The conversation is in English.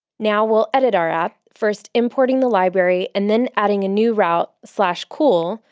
now we'll edit our app, first importing the library, and then adding a new route, so cool,